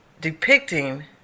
depicting